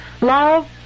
Love